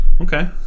Okay